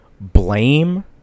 blame